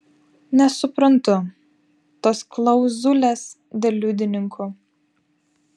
nesuprantu tos klauzulės dėl liudininkų